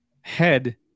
head